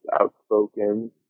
outspoken